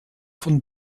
von